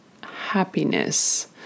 happiness